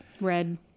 Red